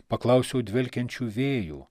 paklausiau dvelkiančių vėjų